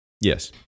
yes